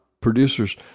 producers